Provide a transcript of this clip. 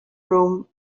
room